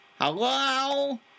Hello